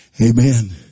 Amen